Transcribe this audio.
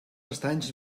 estanys